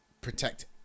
protect